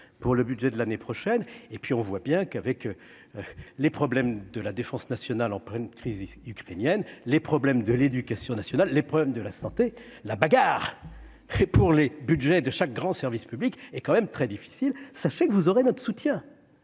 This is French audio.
pour le budget de l'année prochaine et puis on voit bien qu'avec les problèmes de la défense nationale, en pleine crise ukrainienne, les problèmes de l'éducation nationale, l'épreuve de la santé, la bagarre et pour les Budgets de chaque grand service public est quand même très difficile, sachez que vous aurez notre soutien